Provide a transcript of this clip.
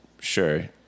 sure